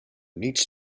needs